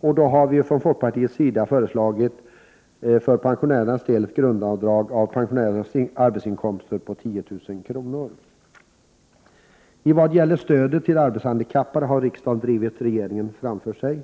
Folkpartiet har för pensionärernas del föreslagit ett grundavdrag på 10 000 kr. från pensionärernas arbetsinkomster. I vad gäller stödet till arbetshandikappade har riksdagen drivit regeringen framför sig.